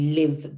live